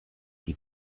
die